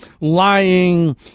lying